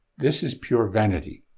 this is pure vanity,